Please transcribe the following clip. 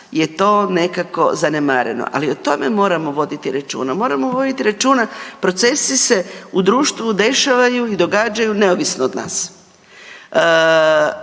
je to nekako zanemareno, ali o tome moramo voditi računa. Moramo voditi računa, procesi se u društvu dešavaju i događaju neovisno od nas.